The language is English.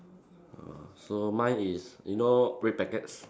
ah so mine is you know red packets